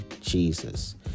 Jesus